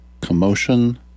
commotion